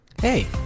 Hey